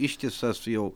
ištisas jau